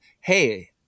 Hey